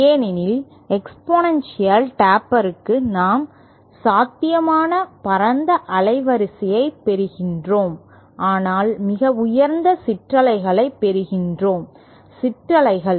ஏனெனில் எக்ஸ்பொனென்ஷியல் டேப்பருக்கு நாம் சாத்தியமான பரந்த அலைவரிசையைப் பெறுகிறோம் ஆனால் மிக உயர்ந்த சிற்றலைகளை பெறுகிறோம் சிற்றலைகள்